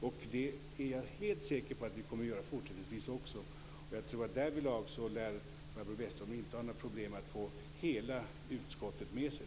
Jag är helt säker på att vi kommer att göra det fortsättningsvis också, och jag tror att därvidlag lär Barbro Westerholm inte ha några problem att få hela utskottet med sig.